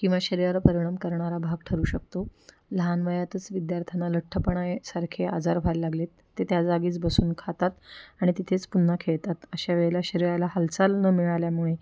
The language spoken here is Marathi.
किंवा शरीरावर परिणाम करणारा भाग ठरू शकतो लहान वयातच विद्यार्थ्यांना लठ्ठपणा सारखे आजार व्हायला लागले आहेत ते त्या जागीच बसून खातात आणि तिथेच पुन्हा खेळतात अशा वेळेला शरीराला हालचाल न मिळाल्यामुळे